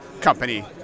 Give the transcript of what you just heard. company